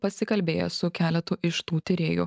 pasikalbėję su keletu iš tų tyrėjų